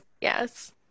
yes